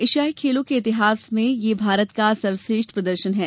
एशियाई खेलों के इतिहास में यह भारत का सर्वश्रेष्ठ प्रदर्शन है